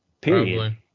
Period